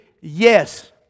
yes